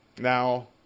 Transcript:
Now